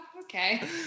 okay